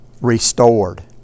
restored